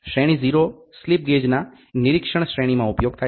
શ્રેણી 0 સ્લિપ ગેજના નિરીક્ષણ શ્રેણીમાં ઉપયોગ થાય છે